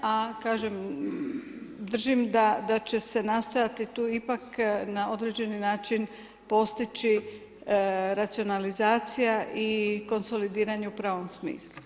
A kažem držim da će se nastojati tu ipak na određeni način postići racionalizacija i konsolidiranje u pravom smislu.